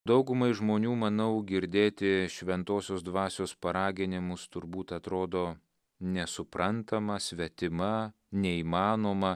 daugumai žmonių manau girdėti šventosios dvasios paraginimus turbūt atrodo nesuprantama svetima neįmanoma